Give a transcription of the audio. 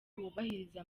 wubahiriza